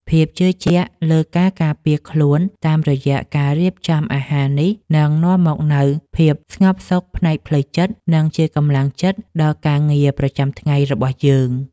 ភាពជឿជាក់លើការការពារខ្លួនតាមរយៈការរៀបចំអាហារនេះនឹងនាំមកនូវភាពស្ងប់សុខផ្នែកផ្លូវចិត្ត និង ជាកម្លាំងចិត្តដល់ការងារប្រចាំថ្ងៃរបស់យើង។